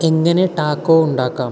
എങ്ങനെ ടാക്കോ ഉണ്ടാക്കാം